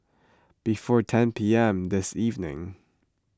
before ten P M this evening